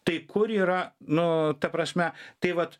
tai kur yra nu ta prasme tai vat